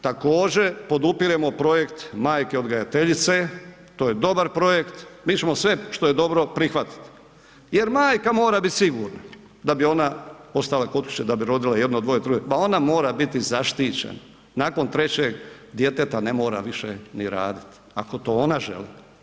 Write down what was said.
Također podupiremo projekt majke odgajateljice, to je dobar projekt, mi ćemo sve što je dobro prihvatit jer majka mora bit sigurna da bi ona ostala kod kuće, da bi rodila jedno, dvoje, troje, ma ona mora biti zaštićena, nakon trećeg djeteta ne mora više ni raditi ako to ona želi.